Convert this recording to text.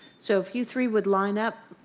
so if you three would line up,